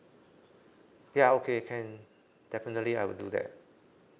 ya okay can definitely I will do that